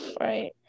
right